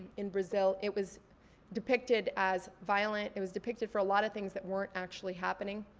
in brazil, it was depicted as violent. it was depicted for a lot of things that weren't actually happening.